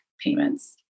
payments